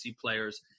players